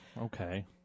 Okay